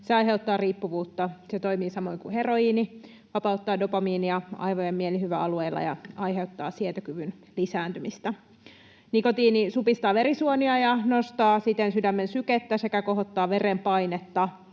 se aiheuttaa riippuvuutta. Se toimii samoin kuin heroiini: vapauttaa dopamiinia aivojen mielihyväalueilla ja aiheuttaa sietokyvyn lisääntymistä. Nikotiini supistaa verisuonia ja nostaa siten sydämen sykettä sekä kohottaa verenpainetta.